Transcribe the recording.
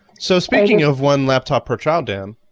so speaking of one laptop per child dan?